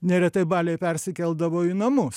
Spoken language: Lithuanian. neretai baliai persikeldavo į namus